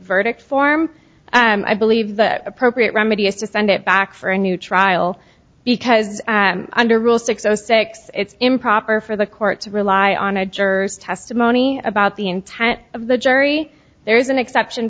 verdict form i believe the appropriate remedy is to send it back for a new trial because under rule six zero six it's improper for the court to rely on a juror's testimony about the intent of the jury there is an exception